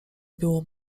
było